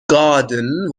garden